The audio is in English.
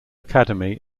academy